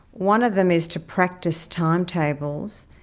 one of them is to practice time tables,